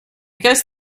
guess